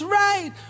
right